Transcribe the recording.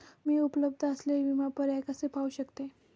मी उपलब्ध असलेले विमा पर्याय कसे पाहू शकते?